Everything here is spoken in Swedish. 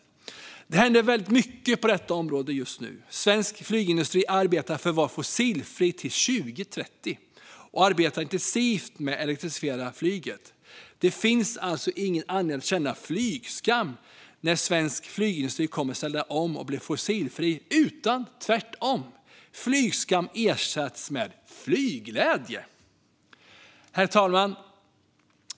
Det händer väldigt mycket på detta område just nu. Svensk flygindustri arbetar för att vara fossilfri till 2030 och arbetar intensivt med att elektrifiera flyget. Det finns alltså ingen anledning att känna flygskam när svensk flygindustri kommer att ställa om och bli fossilfri, utan tvärtom ersätts flygskam med flygglädje. Herr talman!